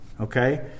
Okay